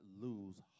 lose